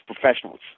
professionals